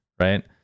right